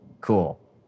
cool